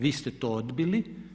Vi ste to odbili.